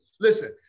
Listen